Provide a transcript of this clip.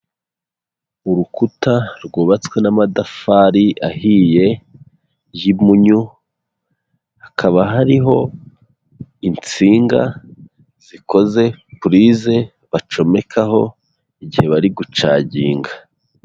Urukuta rwubatswe n'amatafari ahiye y'impunyu, hakaba hariho insinga zikoze purize bacomekaho igihe bari gucaginga.